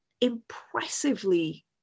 impressively